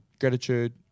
gratitude